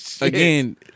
again